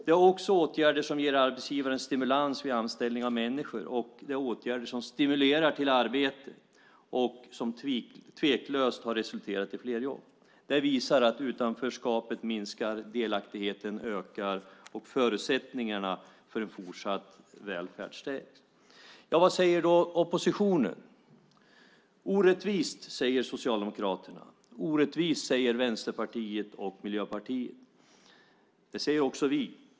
Vi har också åtgärder som ger arbetsgivaren stimulans vid anställning av människor. Det är åtgärder som stimulerar till arbete och som tveklöst har resulterat i fler jobb. Det visar att utanförskapet minskar, delaktigheten ökar och förutsättningarna för en fortsatt välfärd stärks. Vad säger då oppositionen? Det är orättvist, säger Socialdemokraterna. Det är orättvist, säger Vänsterpartiet och Miljöpartiet. Det säger också vi.